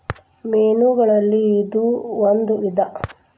ಮೇನುಗಳಲ್ಲಿ ಇದು ಒಂದ ವಿಧಾ